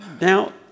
Now